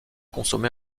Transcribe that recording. consommée